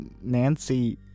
Nancy